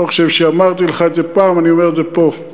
לא חושב שאמרתי לך את זה פעם, אני אומר את זה פה,